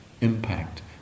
impact